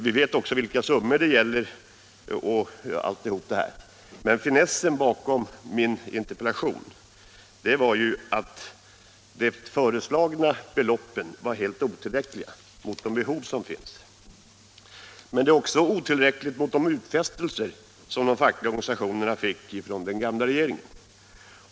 Vi vet också vilka summor det gäller och allt det andra: Men tankegången bakom min interpellation var att de föreslagna beloppen var helt otillräckliga, mot bakgrund av de behov som finns. De är otillräckliga också mot bakgrund av de utfästelser som de fackliga organisationerna fick från den gamla regeringen.